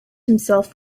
himself